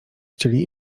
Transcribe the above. chcieli